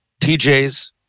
TJ's